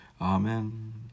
Amen